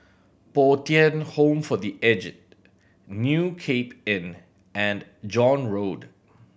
Bo Tien Home for The Aged New Cape Inn and John Road